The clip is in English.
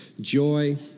joy